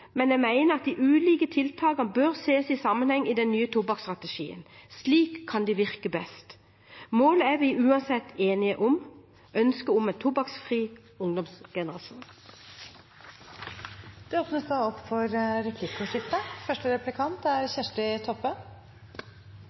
men jeg mener at de ulike tiltakene bør ses i sammenheng i den nye tobakksstrategien. Slik kan de virke best. Målet er vi uansett enige om, ønsket om en tobakksfri ungdomsgenerasjon. Det blir replikkordskifte. Eg har eit spørsmål: Er